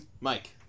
Mike